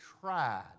tried